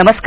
नमस्कार